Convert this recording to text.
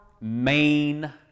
main